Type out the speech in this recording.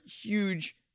huge